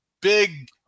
big